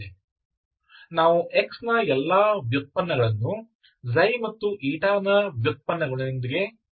ಆದ್ದರಿಂದ ನಾವು x ನ ಎಲ್ಲಾ ವ್ಯುತ್ಪನ್ನಗಳನ್ನು ξ ಮತ್ತು η ನ ವ್ಯುತ್ಪನ್ನಗಳೊಂದಿಗೆ ಬದಲಾಯಿಸಲು ಬಯಸುತ್ತೇವೆ